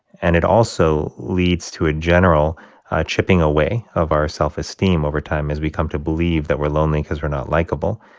and it also leads to a general chipping away of our self-esteem over time as we come to believe that we're lonely because we're not likeable.